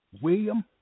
William